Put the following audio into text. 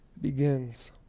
begins